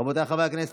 רבותיי חברי הכנסת,